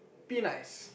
be nice